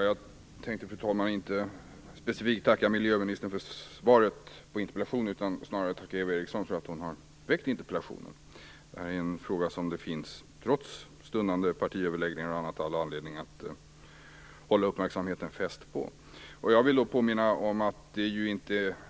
Fru talman! Jag tänker inte specifikt tacka miljöministern för svaret på interpellationen. Jag tänker snarare tacka Eva Eriksson för att hon har väckt interpellationen. Detta är en fråga som det, trots stundande partiöverläggningar och annat, finns all anledning att fästa uppmärksamheten på. Jag vill påminna om att det